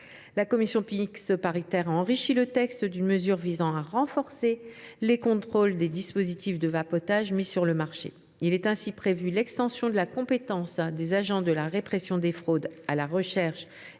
La commission mixte paritaire a enrichi le texte d’une mesure visant à renforcer les contrôles des dispositifs de vapotage mis sur le marché. Il est ainsi prévu d’étendre la compétence des agents de la répression des fraudes à la recherche et au constat de diverses